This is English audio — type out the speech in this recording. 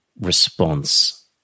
response